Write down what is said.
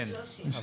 כן.